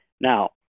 Now